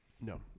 No